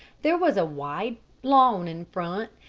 there was a wide lawn in front,